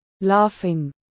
Laughing